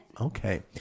Okay